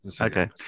Okay